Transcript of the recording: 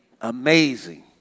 amazing